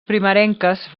primerenques